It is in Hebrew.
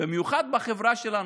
זה במיוחד בחברה שלנו,